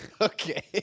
okay